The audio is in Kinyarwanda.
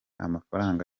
amafaranga